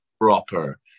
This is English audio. proper